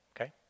Okay